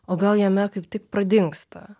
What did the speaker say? o gal jame kaip tik pradingsta